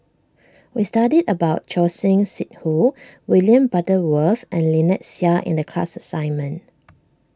we studied about Choor Singh Sidhu William Butterworth and Lynnette Seah in the class assignment